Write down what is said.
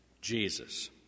Jesus